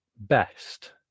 best